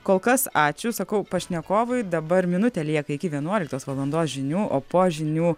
kol kas ačiū sakau pašnekovui dabar minutė lieka iki vienuoliktos valandos žinių o po žinių